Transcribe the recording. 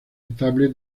estable